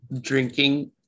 drinking